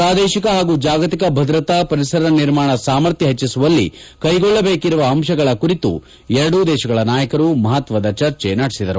ಪ್ರಾದೇಶಿಕ ಹಾಗೂ ಜಾಗತಿಕ ಭದ್ರತಾ ಪರಿಸರ ನಿರ್ಮಾಣ ಸಾಮರ್ಥ್ಯ ಹೆಚ್ಚಿಸುವಲ್ಲಿ ಕೈಗೊಳ್ಳಬೇಕಿರುವ ಅಂಶಗಳ ಕುರಿತು ಎರಡು ದೇಶಗಳ ನಾಯಕರು ಮಹತ್ವದ ಚರ್ಚೆ ನಡೆಸಿದರು